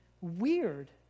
weird